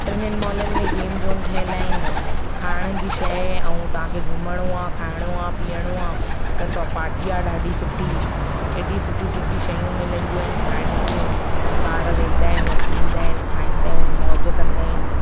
टिनिनि मॉलनि में गेम जोन ठहियल आहिनि खाइण जी शइ ऐं तव्हां खे घुमणु आहे खाइणो आहे पीअणो आहे त चौपाटी आहे ॾाढी सुठी एॾी सुठी सुठी शयूं मिलंदियूं आहिनि खाइण जूं ॿार वेंदा आहिनि वठी ईंदा आहिनि खाईंदा आहिनि मौज कंदा आहिनि